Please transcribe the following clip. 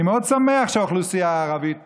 אני מאוד שמח שהאוכלוסייה הערבית